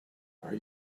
are